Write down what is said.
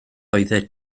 oeddet